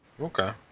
Okay